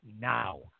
now